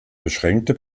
beschränkte